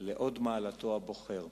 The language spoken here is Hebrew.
להוד מעלתו הבוחר,